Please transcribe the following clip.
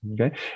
okay